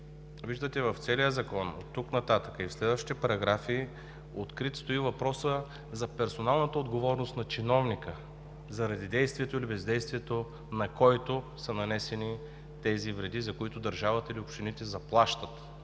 Виждате в целия закон оттук нататък и в следващите параграфи стои открит въпросът за персоналната отговорност на чиновника, заради действието или бездействието, на който са нанесени тези вреди, за които държавата или общините заплащат